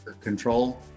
control